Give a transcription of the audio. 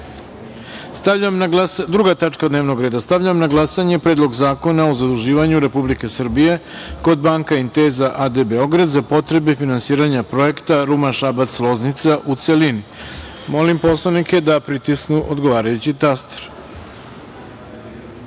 tačka dnevnog reda. Stavljam na glasanje Predlog zakona o zaduživanju Republike Srbije kod „Banca Intesa AD Beograd“ za potrebe finansiranja Projekta Ruma – Šabac – Loznica, u celini. Molim poslanike da pritisnu odgovarajući taster